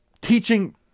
teaching